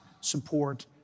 support